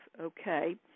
okay